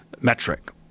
metric